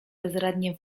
bezradnie